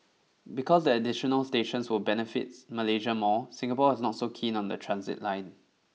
because the additional stations will benefits Malaysia more Singapore is not so keen on the transit line